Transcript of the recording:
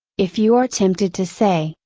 if you are tempted to say,